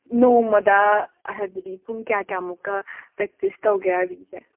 ꯅꯣꯡꯃꯗ ꯍꯥꯏꯕꯗꯤ ꯄꯨꯡ ꯀꯌꯥ ꯀꯌꯥꯃꯨꯛꯀ ꯄ꯭ꯔꯦꯛꯇꯤꯁ ꯇꯧꯒꯦ ꯑꯥꯔꯕꯤꯁꯦ